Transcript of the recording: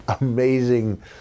amazing